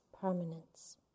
permanence